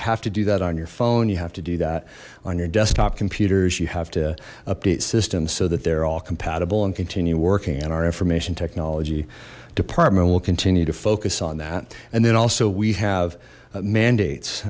have to do that on your phone you have to do that on your desktop computers you have to update systems so that they're all compatible and continue working and our information technology department will continue to focus on that and then also we have mandates